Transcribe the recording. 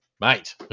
mate